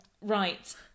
right